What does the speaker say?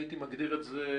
הייתי מגדיר את זה,